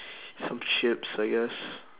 some chips I guess